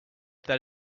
that